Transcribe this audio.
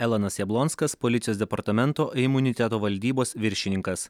elonas jablonskas policijos departamento imuniteto valdybos viršininkas